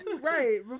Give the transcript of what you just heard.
right